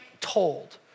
told